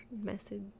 message